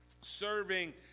Serving